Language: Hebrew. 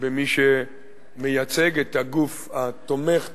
במי שמייצג את הגוף התומך תקציבית,